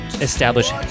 establish